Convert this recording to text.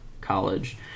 college